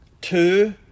Two